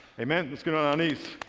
amen. let's get on our knees.